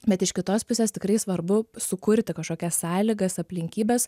bet iš kitos pusės tikrai svarbu sukurti kažkokias sąlygas aplinkybes